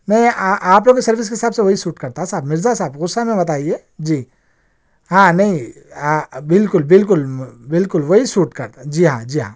نہیں آپ لوگوں کی سروس کے حساب سے وہی سوٹ کرتا ہے صاحب مرزا صاحب غصہ میں مت آئیے جی ہاں نہیں ہاں بالکل بالکل بالکل وہی سوٹ کرتا ہے جی ہاں جی ہاں